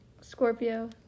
Scorpio